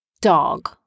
Dog